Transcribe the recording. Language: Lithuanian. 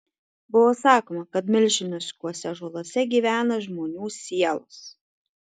buvo sakoma kad milžiniškuose ąžuoluose gyvena žmonių sielos